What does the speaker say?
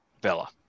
Bella